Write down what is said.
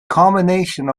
combination